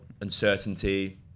uncertainty